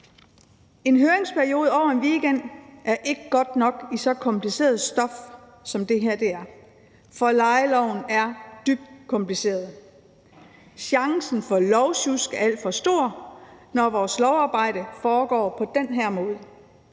En høringsperiode over en weekend er ikke godt nok med så kompliceret stof, som det her er, for lejeloven er dybt kompliceret. Chancen for lovsjusk er alt for stor, når vores lovarbejde foregår på den her måde.